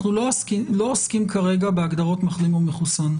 אנחנו לא עוסקים כרגע בהגדרות מחלים או מחוסן,